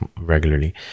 regularly